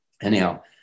anyhow